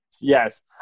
Yes